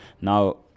Now